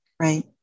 Right